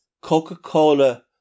Coca-Cola